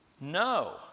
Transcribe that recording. No